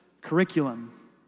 curriculum